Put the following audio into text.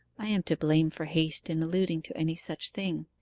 i am to blame for haste in alluding to any such thing.